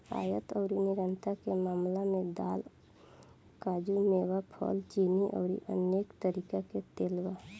आयात अउरी निर्यात के मामला में दाल, काजू, मेवा, फल, चीनी अउरी अनेक तरीका के तेल बा